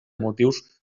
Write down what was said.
motius